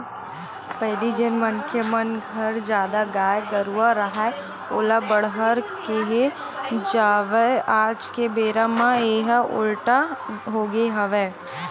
पहिली जेन मनखे मन घर जादा गाय गरूवा राहय ओला बड़हर केहे जावय आज के बेरा म येहा उल्टा होगे हवय